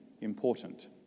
important